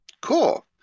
Cool